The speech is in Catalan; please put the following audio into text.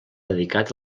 dedicat